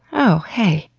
oh hey,